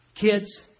kids